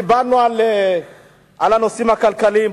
דיברנו על הנושאים הכלכליים.